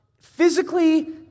physically